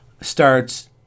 starts